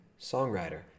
songwriter